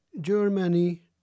Germany